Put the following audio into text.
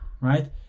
right